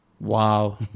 Wow